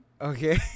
okay